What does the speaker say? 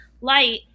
light